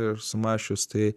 ir sumąsčius tai